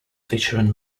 featuring